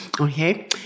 Okay